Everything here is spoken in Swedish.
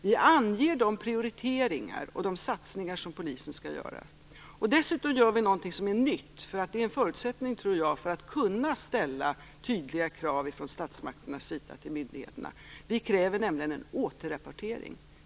Vi anger de prioriteringar och satsningar som Polisen skall göra. Dessutom gör vi någonting som är nytt och som är förutsättningen för att kunna ställa tydliga krav från statsmakternas sida på myndigheterna. Vi kräver nämligen en återrapportering.